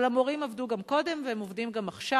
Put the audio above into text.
אבל המורים עבדו גם קודם והם עובדים גם עכשיו.